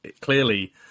clearly